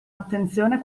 attenzione